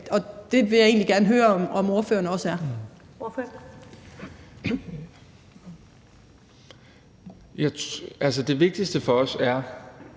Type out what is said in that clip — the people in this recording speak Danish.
Det vil jeg egentlig gerne høre om ordføreren også er. Kl. 11:57 Første